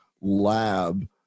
lab